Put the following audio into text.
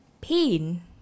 pain